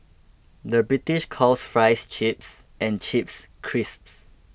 the British calls Fries Chips and Chips Crisps